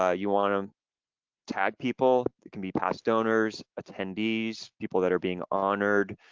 ah you wanna tag people. it can be past donors, attendees, people that are being honored,